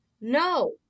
No